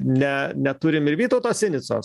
ne neturim ir vytauto sinicos